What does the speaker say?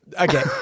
Okay